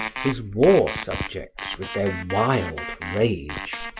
his war subjects with their wild rage,